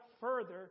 further